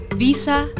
visa